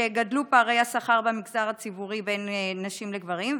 שגדלו פערי השכר במגזר הציבורי בין נשים לגברים?